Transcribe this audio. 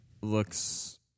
looks